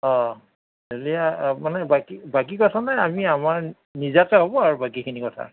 অঁ মানে বাকী কথা নাই আমি আমাৰ নিজাকৈ হ'ব আৰু বাকীখিনি কথা